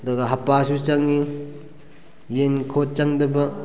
ꯍꯞꯄꯁꯨ ꯆꯪꯏ ꯌꯦꯟ ꯈꯣꯠ ꯆꯪꯗꯕ